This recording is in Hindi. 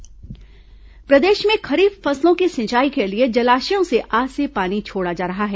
खरीफ फसल पानी प्रदेश में खरीफ फसलों की सिंचाई के लिए जलाशयों से आज से पानी छोड़ा जा रहा है